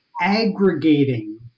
aggregating